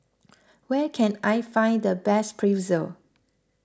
where can I find the best Pretzel